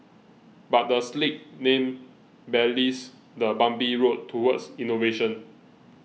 but the slick name belies the bumpy road towards innovation